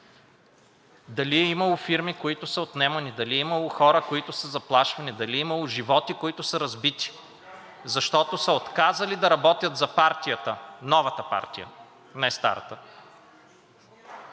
дали е имало фирми, които са отнемани, дали е имало хора, които са заплашвани, дали е имало животи, които са разбити, защото са отказали да работят за партията, новата партия, не старата,